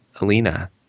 Alina